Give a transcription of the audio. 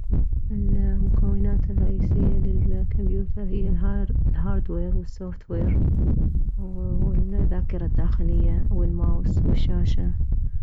المكونات الرئيسية للكومبيوتر هي هارد الهارد وير والسوفت وير والذاكر الداخلية والماوس والشاشة